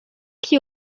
qui